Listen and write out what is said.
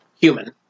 human